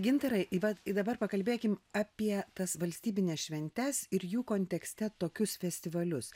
gintarai vat ir dabar pakalbėkim apie tas valstybines šventes ir jų kontekste tokius festivalius